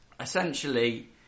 Essentially